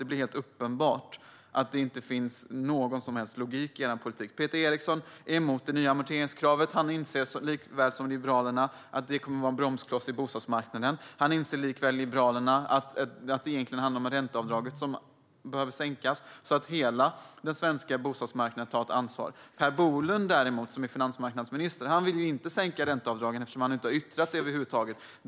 Det finns helt uppenbart ingen logik i er politik. Peter Eriksson är emot det nya amorteringskravet. Han inser precis som Liberalerna att det skulle bli en bromskloss på bostadsmarknaden. Och precis som Liberalerna inser han att det egentligen är ränteavdraget som behöver sänkas så att hela den svenska bostadsmarknaden tar ett ansvar. Finansmarknadsminister Per Bolund verkar å sin sida inte vilja sänka ränteavdraget, eftersom han inte har yttrat det.